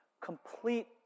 complete